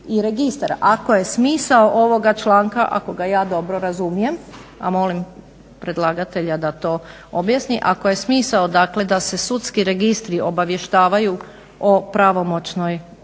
i registar. Ako je smisao ovoga članka ako ga ja dobro razumijem, a molim predlagatelja da to objasni, ako je smisao dakle da se sudski registri obavještavaju o pravomoćnoj,